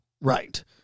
Right